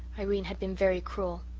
irene had been very cruel.